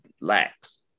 lacks